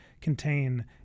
contain